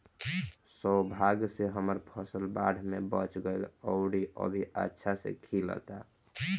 सौभाग्य से हमर फसल बाढ़ में बच गइल आउर अभी अच्छा से खिलता